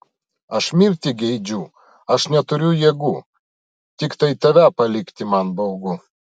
aš mirti geidžiu aš neturiu jėgų tiktai tave palikti man baugu